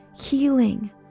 healing